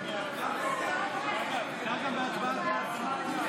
הכנסת מהאופוזיציה